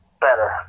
Better